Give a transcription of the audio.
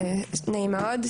נעים מאוד,